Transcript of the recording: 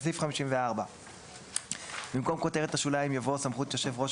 (4)בסעיף 54 - במקום כותרת השוליים יבוא "סמכות יושב ראש